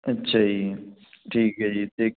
ਅੱਛਾ ਜੀ ਠੀਕ ਹੈ ਜੀ ਅਤੇ